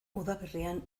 udaberrian